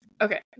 Okay